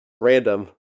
random